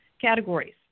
categories